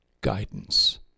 guidance